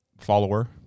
follower